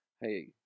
hey